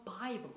Bible